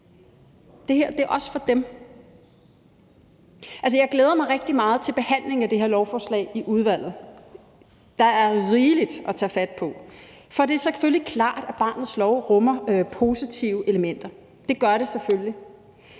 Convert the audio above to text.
Det her er også for dem. Jeg glæder mig rigtig meget til behandlingen af det her lovforslag i udvalget. Der er rigeligt at tage fat på. For det er selvfølgelig klart, at barnets lov rummer positive elementer, det gør det selvfølgelig.